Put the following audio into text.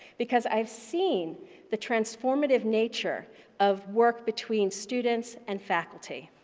because i've seen the transformative nature of work between students and faculty.